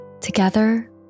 Together